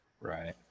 Right